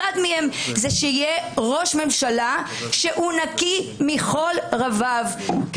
אחד מהם, שיהיה ראש ממשלה שנקי מכל רבב.